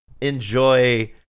enjoy